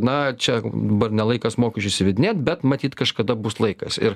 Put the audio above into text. na čia dabar ne laikas mokesčius įvedinėt bet matyt kažkada bus laikas ir